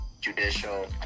judicial